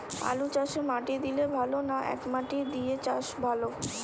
আলুচাষে মাটি দিলে ভালো না একমাটি দিয়ে চাষ ভালো?